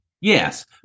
Yes